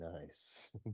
nice